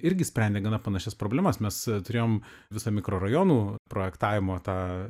irgi sprendė gana panašias problemas mes turėjom visą mikrorajonų projektavimo tą